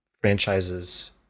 franchises